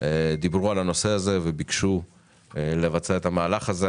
דיברו על הנושא הזה וביקשו לבצע את המהלך הזה.